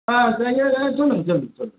ஆ சொல்லுங்கள் சொல்லுங்க சொல்லுங்க சொல்லுங்கள்